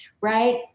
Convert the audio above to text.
Right